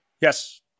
Yes